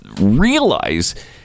realize